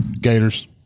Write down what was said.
Gators